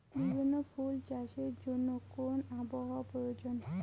বিভিন্ন ফুল চাষের জন্য কোন আবহাওয়ার প্রয়োজন?